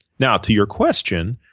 now to your question,